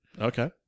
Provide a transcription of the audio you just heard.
Okay